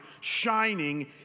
shining